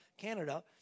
Canada